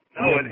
No